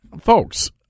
folks